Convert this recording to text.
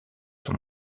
son